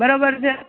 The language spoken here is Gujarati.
બરાબર છે